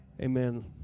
Amen